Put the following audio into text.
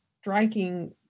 striking